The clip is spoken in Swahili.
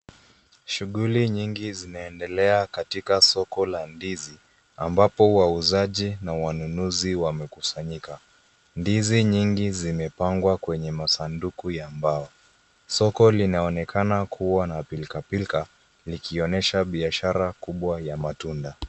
Shughuli nyingi zinaendelea katika soko la ndizi, ambapo wauzaji na wanunuzi wamekusanyika. Ndizi nyingi zimepangwa kwenye masanduku ya mbao. Soko linaonekana kuwa na pilkapilka, likionyesha biashara kubwa ya matunda.